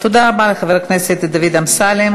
תודה רבה לחבר הכנסת דוד אמסלם.